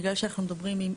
בגלל שאנחנו מדברים עם,